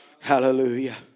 Hallelujah